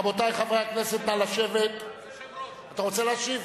אדוני היושב-ראש, אתה רוצה להשיב?